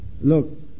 Look